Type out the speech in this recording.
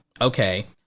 okay